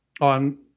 on